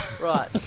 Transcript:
Right